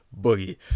Boogie